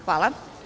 Hvala.